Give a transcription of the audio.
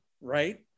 right